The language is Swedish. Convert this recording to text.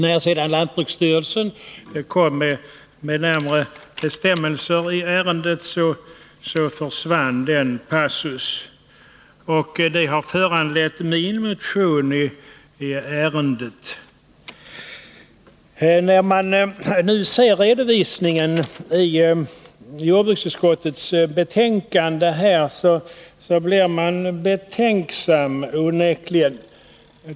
När sedan lantbruksstyrelsen kom med närmare bestämmelser i ärendet, försvann den passusen, och det har föranlett min motion i ärendet. När man nu ser redovisningen i jordbruksutskottets betänkande, blir man onekligen betänksam.